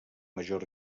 major